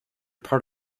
part